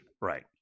Right